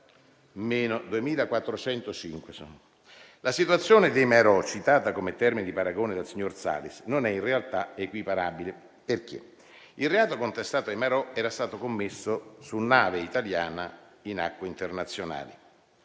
La situazione dei marò, citata come termine di paragone dal signor Salis, non è in realtà equiparabile, perché il reato contestato ai marò era stato commesso su nave italiana in acque internazionali.